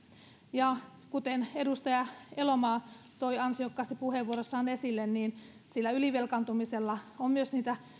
ja kuten edustaja elomaa toi ansiokkaasti puheenvuorossaan esille ylivelkaantumisella on myös